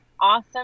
awesome